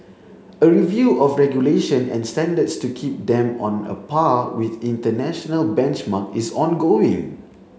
a review of regulation and standards to keep them on a par with international benchmark is ongoing